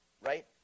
right